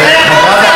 אתה חוצפן.